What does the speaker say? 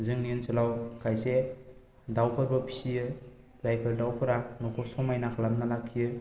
जोंनि ओनसोलाव खायसे दावफोरबो फिसियो जायफोर दावफोरा न'खौ समायना खालामनानै लाखियो